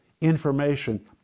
information